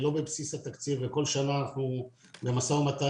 היא לא בבסיס התקציב וכל שנה אנחנו במשא ומתן